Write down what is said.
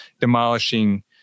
demolishing